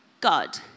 God